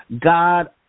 God